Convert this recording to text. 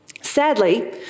Sadly